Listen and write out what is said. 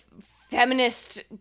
feminist